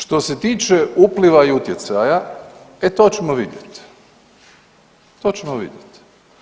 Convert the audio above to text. Što se tiče upliva i utjecaja, e to ćemo vidjet, to ćemo vidjet.